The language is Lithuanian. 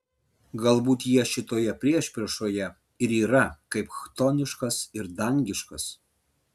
galbūt jie šitoje priešpriešoje ir yra kaip chtoniškas ir dangiškas